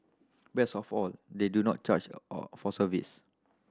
best of all they do not charge all for service